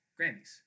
Grammys